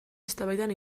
eztabaidan